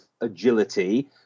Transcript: agility